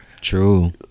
true